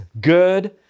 good